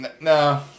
no